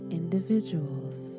individuals